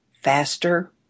faster